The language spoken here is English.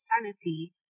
sanity